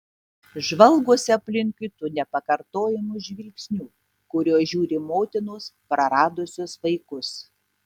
žvalgosi aplinkui tuo nepakartojamu žvilgsniu kuriuo žiūri motinos praradusios vaikus